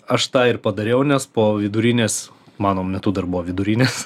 aš tą ir padariau nes po vidurinės mano metu dar buvo vidurinės